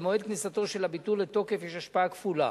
למועד כניסתו של הביטול לתוקף יש השפעה כפולה: